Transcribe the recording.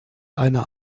einer